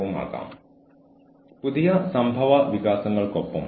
നമ്മൾ സംസാരിക്കുന്നത് വികസനത്തെക്കുറിച്ചാണ്